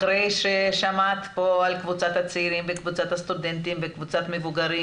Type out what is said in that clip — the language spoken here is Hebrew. אחרי ששמעת פה על קבוצת הצעירים וקבוצת הסטודנטים וקבוצת המבוגרים